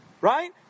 right